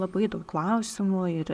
labai daug klausimų ir